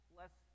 less